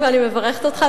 קודם כול אני מברכת אותך,